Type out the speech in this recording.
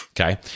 Okay